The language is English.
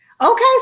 Okay